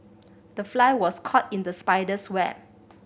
the fly was caught in the spider's web